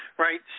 Right